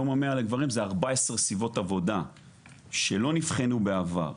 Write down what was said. יום ה-100 לגברים זה 14 סביבות עבודה שלא נבחנו בעבר.